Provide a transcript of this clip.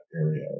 area